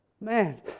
Man